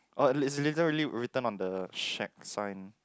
oh it's literally written on the shack sign